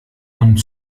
und